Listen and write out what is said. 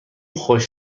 خوش